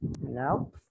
No